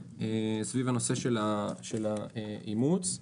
סביב הנושא של האימוץ.